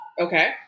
Okay